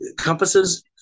compasses